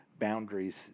boundaries